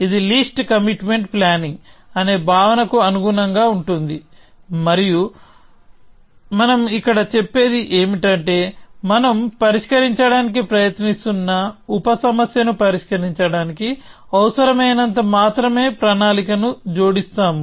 ఇది least commitment planning అనే భావనకు అనుగుణంగా ఉంటుంది మరియు మనం ఇక్కడ చెప్పేది ఏమిటంటే మనం పరిష్కరించడానికి ప్రయత్నిస్తున్న ఉప సమస్యను పరిష్కరించడానికి అవసరమైనంత మాత్రమే ప్రణాళికకు జోడిస్తాము